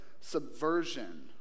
subversion